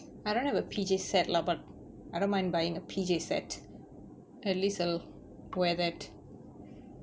I don't have a P_J set lah but I don't mind buying a P_J set at least I'll wear that